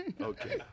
Okay